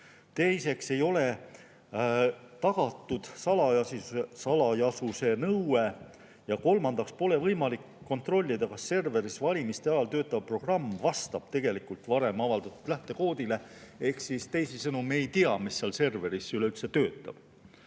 Teiseks ei ole tagatud salajasuse nõue. Ja kolmandaks pole võimalik kontrollida, kas serveris valimiste ajal töötav programm vastab tegelikult varem avaldatud lähtekoodile, ehk teisisõnu me ei tea, mis seal serveris üldse töötab.